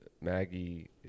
Maggie